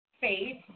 faith